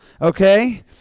Okay